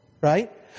right